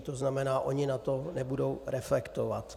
To znamená, oni na to nebudou reflektovat.